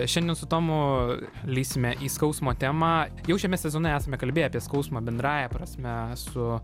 šiandien su tomu lįsime į skausmo temą jau šiame sezone esame kalbėję apie skausmą bendrąja prasme su